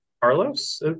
Carlos